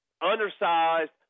Undersized